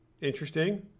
Interesting